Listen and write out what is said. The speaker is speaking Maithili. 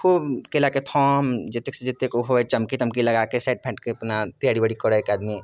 खूब केलाके थम्ब जतेकसँ जतेक होइ चमकी तमकी लगाके साइट फाइटके अपना तैआरी ओइआरी करै आदमी